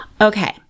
Okay